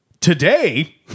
today